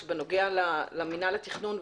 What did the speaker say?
בנוגע למינהל התכנון,